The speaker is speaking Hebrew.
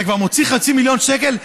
אתה כבר מוציא 0.5 מיליון שקל,